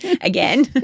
again